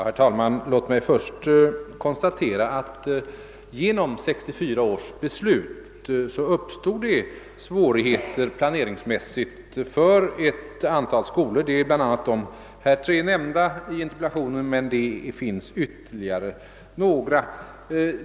Herr talman! Låt mig först konstatera att det genom 1964 års beslut uppstod planeringsmässiga svårigheter för ett antal skolor, bl.a. för de tre i interpellationen nämnda men också för ytterligare några.